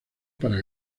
para